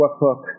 workbook